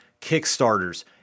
kickstarters